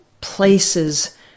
places